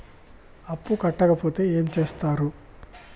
అప్పు కట్టకపోతే ఏమి చేత్తరు?